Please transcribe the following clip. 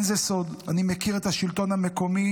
זה לא סוד, אני מכיר את השלטון המקומי